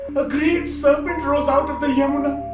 a great serpent rose out of the yamuna.